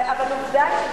אבל עובדה,